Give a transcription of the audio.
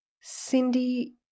Cindy